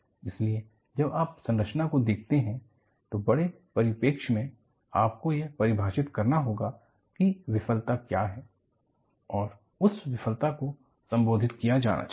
इसलिए जब आप संरचना को देखते हैं तो बड़े परिप्रेक्ष्य में आपको यह परिभाषित करना होगा कि विफलता क्या है और उस विफलता को संबोधित किया जाना चाहिए